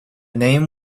name